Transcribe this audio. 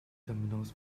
terminals